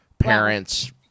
Parents